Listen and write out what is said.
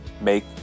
Make